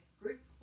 group